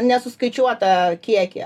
nesuskaičiuotą kiekį